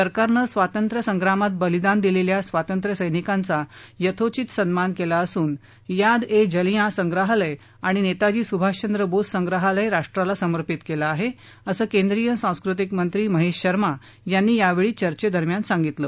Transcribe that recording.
सरकारनं स्वातंत्र्यसंग्रामात बलिदान दिलेल्या स्वातंत्र्यसैनिकांचा यशोचित सन्मान केला असून याद ए जलियां संग्रहालय आणि नेताजी सुभाषचंद्र बोस संग्रहालय राष्ट्राला समर्पित केलं आहे असं केंद्रीय सांस्कृतिक मंत्री महेश शर्मा यांनी यावेळी चर्चे दरम्यान सांगितलं